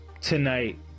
tonight